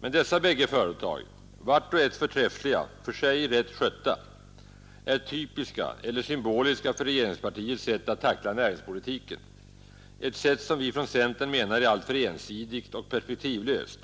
Men dessa bägge företag — vart och ett förträffliga, för sig rätt skötta — är typiska eller symboliska för regeringspartiets sätt att tackla näringspolitiken, ett sätt som vi från centern menar är alltför ensidigt och perspektivlöst.